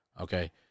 Okay